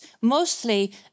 mostly